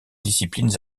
disciplines